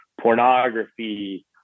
pornography